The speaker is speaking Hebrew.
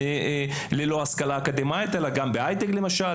ללא השכלה אקדמאית אלא גם בהיי טק למשל.